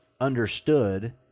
understood